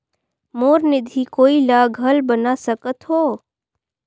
मोर निधि कोई ला घल बना सकत हो?